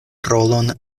rolon